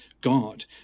God